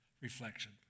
reflection